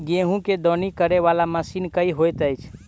गेंहूँ केँ दौनी करै वला मशीन केँ होइत अछि?